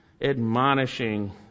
admonishing